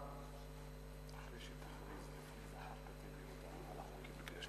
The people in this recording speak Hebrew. ההצעה להעביר את